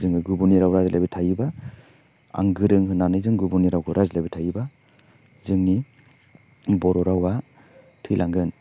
जोङो गुबुननि राव रायज्लायबाय थायोबा आं गोरों होन्नानै जों गुबुननि रावखौ रायज्लायबाय थायोबा जोंनि बर' रावा थैलांगोन